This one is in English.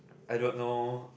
I don't know